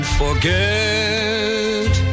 forget